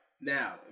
now